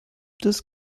das